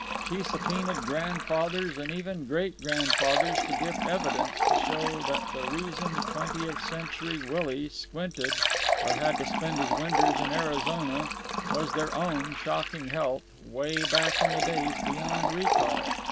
she subpoenaed grandfathers and even great-grandfathers to give evidence to show that the reason twentieth-century willie squinted or had to spend his winters in arizona was their own shocking health way back in the days beyond recall.